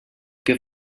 què